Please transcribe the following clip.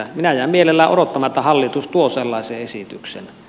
minä jään mielelläni odottamaan että hallitus tuo sellaisen esityksen